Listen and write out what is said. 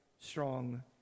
strong